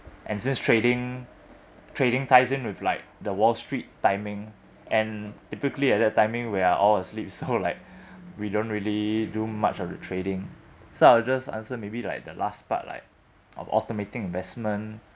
and since trading trading ties in with like the wall street timing and typically at that timing we are all asleep so like we don't really do much of the trading so I'll just answer maybe like the last part like of automating investment